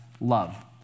love